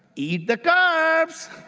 eat the carbs,